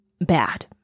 bad